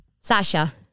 Sasha